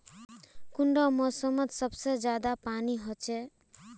कुंडा मोसमोत सबसे ज्यादा पानी होचे?